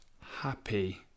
Happy